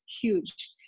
huge